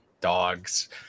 dogs